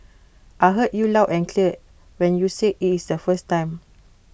I heard you loud and clear when you said IT is the first time